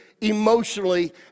emotionally